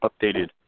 updated